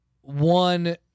one